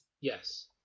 Yes